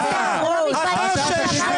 --- מה אתה רץ על